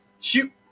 shoot